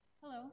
Hello